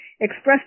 expressed